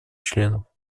членов